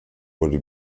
wurde